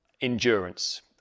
endurance